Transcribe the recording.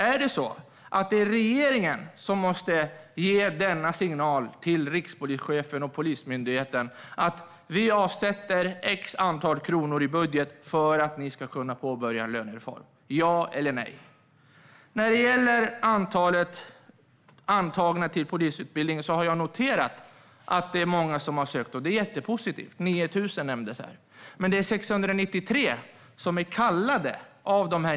Är det regeringen som måste ge signalen till rikspolischefen och Polismyndigheten om att man avsätter x kronor i budgeten för att de ska kunna påbörja en lönereform? Ja eller nej? När det gäller antalet antagna till polisutbildningen har jag noterat att det är många som har sökt, och det är mycket positivt. Det nämndes här att det är 9 000 som har sökt.